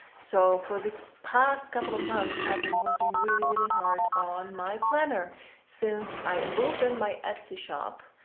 so for this past couple of months i've been working really really hard on my planner since i opened my etsy shop,